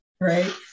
right